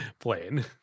plane